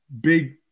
big –